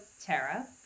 tara